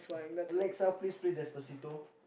Alexa please play Despacito